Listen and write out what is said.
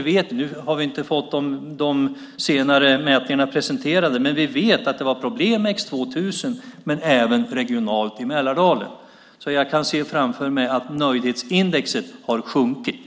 Vi har inte fått de senare mätningarna presenterade, men vi vet att det har varit problem med X 2000 och även regionalt i Mälardalen. Jag kan se framför mig att nöjdhetsindexet har sjunkit.